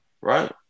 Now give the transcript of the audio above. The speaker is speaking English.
right